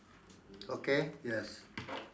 okay yes